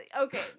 okay